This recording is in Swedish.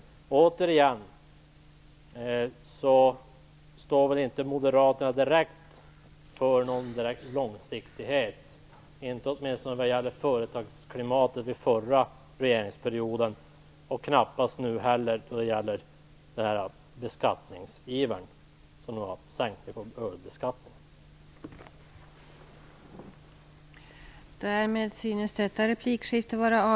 Moderaterna har inte stått för någon direkt långsiktighet, i varje fall inte vad gäller företagsklimatet under den förra regeringsperioden och knappast heller nu i sin iver att sänka skatten på öl.